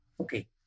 Okay